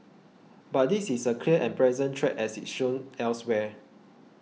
but this is a clear and present threat as it shown elsewhere